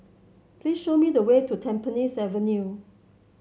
please show me the way to Tampines Avenue